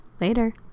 Later